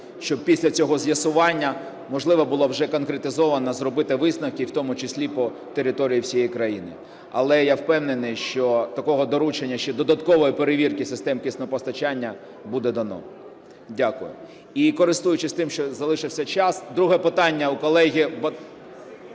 Щоб після цього з'ясування можливо було вже конкретизовано зробити висновки, і в тому числі по території всієї країни. Але я впевнений, що таке доручення – ще додаткова перевірка систем киснепостачання – буде дано. Дякую. І користуючись тим, що залишився час, друге питання, колеги.